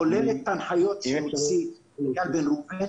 זה כולל את הנחיות שהוציא איל בן ראובן,